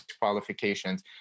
qualifications